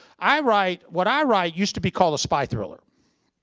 i write what i write used to be called a spy thriller.